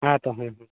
ᱦᱮᱸ ᱛᱳ ᱦᱮᱸ ᱦᱮᱸ